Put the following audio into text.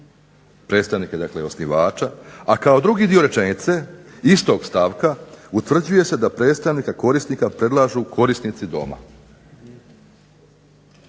predstavnika dakle i osnivača, a kao drugi dio rečenice istog stavka utvrđuje se da predstavnika korisnika predlažu korisnici doma,